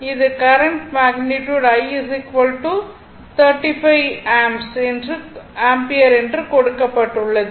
இது current magnitude I 35 ampere என்று கொடுக்கப்பட்டுள்ளது